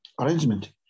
arrangement